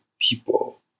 people